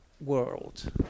world